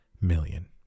million